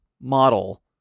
model